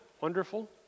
wonderful